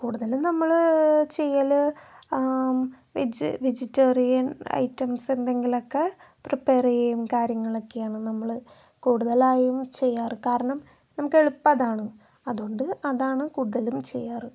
കൂടുതലും നമ്മള് ചെയ്യല് വെജ് വെജിറ്റേറിയൻ ഐറ്റംസ് എന്തെങ്കിലുമൊക്കെ പ്രീപെയർ ചെയ്യും കാര്യങ്ങളൊക്കെയാണ് നമ്മള് കൂടുതലായും ചെയ്യാറ് കാരണം നമുക്ക് എളുപ്പം അതാണ് അതുകൊണ്ട് അതാണ് കൂടുതലും ചെയ്യാറ്